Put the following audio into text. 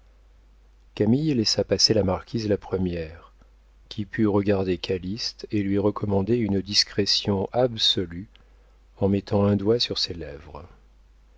camille laissa passer la marquise la première qui put regarder calyste et lui recommander une discrétion absolue en mettant un doigt sur ses lèvres